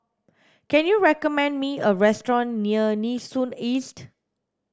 can you recommend me a restaurant near Nee Soon East